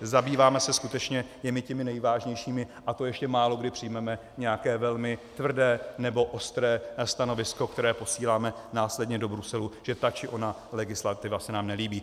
Zabýváme se skutečně jen těmi nejvážnějšími, a to ještě málokdy přijmeme nějaké velmi tvrdé nebo ostré stanovisko, které posíláme následně do Bruselu, že ta či ona legislativa se nám nelíbí.